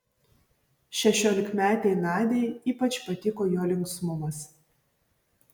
šešiolikmetei nadiai ypač patiko jo linksmumas